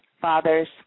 fathers